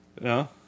No